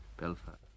Belfast